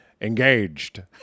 engaged